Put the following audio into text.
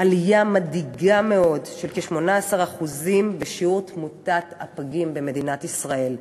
עלייה מדאיגה מאוד של כ-18% בשיעור תמותת הפגים במדינת ישראל.